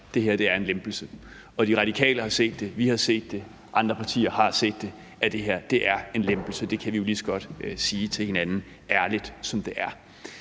at det her er en lempelse. De Radikale har set det, vi har set det, og andre partier har set det, at det her er en lempelse. Det kan vi jo lige så godt sige til hinanden ærligt, og som det er.